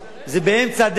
זה באמצע הדרך.